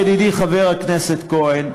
ידידי חבר הכנסת כהן,